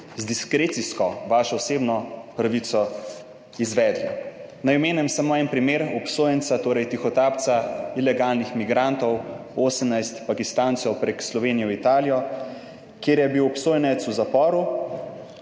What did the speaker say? z diskrecijsko vašo osebno pravico izvedli. Naj omenim samo en primer obsojenca, torej tihotapca ilegalnih migrantov 18 Pakistancev prek Slovenije v Italijo, kjer je bil obsojenec v zaporu